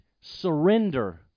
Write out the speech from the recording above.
surrender